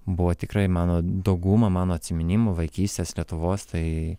buvo tikrai mano dauguma mano atsiminimų vaikystės lietuvos tai